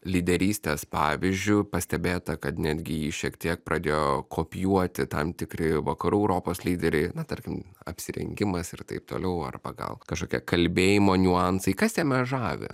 lyderystės pavyzdžiu pastebėta kad netgi jį šiek tiek pradėjo kopijuoti tam tikri vakarų europos lyderiai na tarkim apsirengimas ir taip toliau arba gal kažkokie kalbėjimo niuansai kas jame žavi